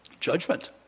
Judgment